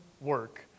work